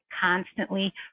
constantly